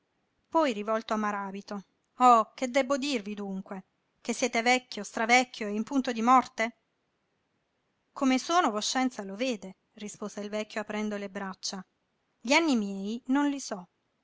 poi rivolto a maràbito o che debbo dirvi dunque che siete vecchio stravecchio e in punto di morte come sono voscenza lo vede rispose il vecchio aprendo le braccia gli anni miei non li so